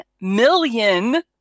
million